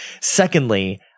Secondly